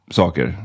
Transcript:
saker